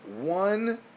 one